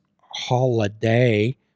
holiday